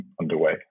underway